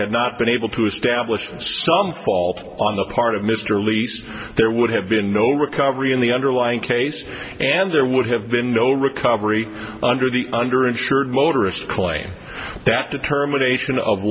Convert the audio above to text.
had not been able to establish some fault on the part of mr leask there would have been no recovery in the underlying case and there would have been no recovery under the under insured motorist clay that determination of